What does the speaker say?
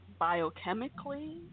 biochemically